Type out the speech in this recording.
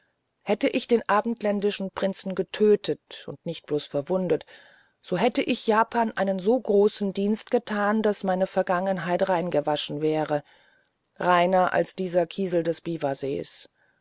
hätte ich den ausländischen prinzen getötet und nicht bloß verwundet so hätte ich japan einen so großen dienst getan daß meine vergangenheit reingewaschen wäre reiner als dieser kiesel des biwasees